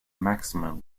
maximum